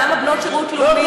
למה בנות שירות לאומי,